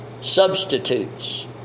Substitutes